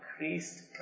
increased